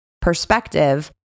perspective